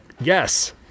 Yes